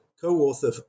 co-author